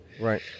Right